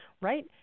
right